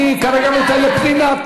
אני נותן לפנינה.